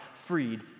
freed